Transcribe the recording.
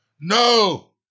No